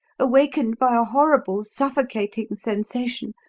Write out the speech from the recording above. awakened by a horrible suffocating sensation,